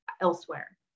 elsewhere